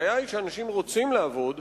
הבעיה היא שאנשים רוצים לעבוד,